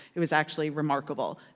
it was actually remarkable.